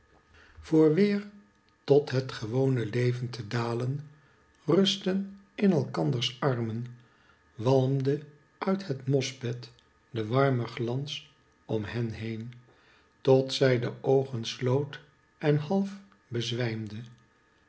voor weer tot het gewone leven te dalen rustten in elkanders armen walmde uit het mosbed de warme glans om hen heen tot zij de oogen sloot en half bezwijmde